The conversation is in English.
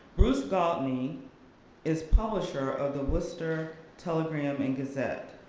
bruce gaultney is publisher of the worcester telegram and gazette.